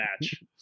match